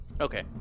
Okay